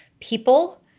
people